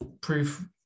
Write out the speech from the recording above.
proof